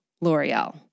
L'Oreal